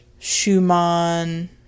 Schumann